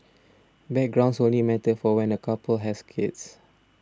backgrounds only matter for when a couple has kids